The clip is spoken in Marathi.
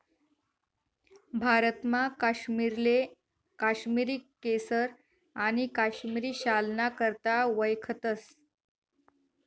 भारतमा काश्मीरले काश्मिरी केसर आणि काश्मिरी शालना करता वयखतस